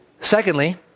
Secondly